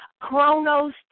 chronos